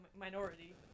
minority